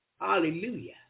Hallelujah